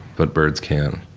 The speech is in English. but birds can.